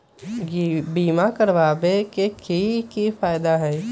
बीमा करबाबे के कि कि फायदा हई?